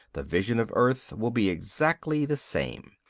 the vision of earth will be exactly the same.